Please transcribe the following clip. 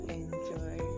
enjoy